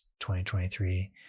2023